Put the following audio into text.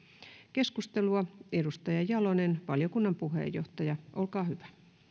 edustaja jalonen valiokunnan puheenjohtaja olkaa hyvä